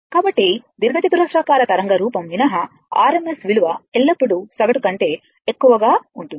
కాబట్టి దీర్ఘచతురస్రాకార తరంగ రూపం మినహా RMS విలువ ఎల్లప్పుడూ సగటు కంటే ఎక్కువగా ఉంటుంది